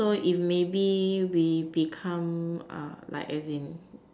so if maybe we become uh like as in